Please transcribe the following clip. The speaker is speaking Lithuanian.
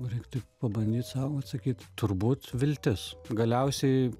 reiktų pabandyt sau atsakyt turbūt viltis galiausiai